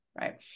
right